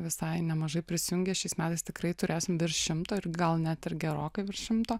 visai nemažai prisijungę šiais metais tikrai turėsim virš šimto ir gal net ir gerokai virš šimto